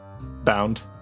bound